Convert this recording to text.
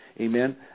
Amen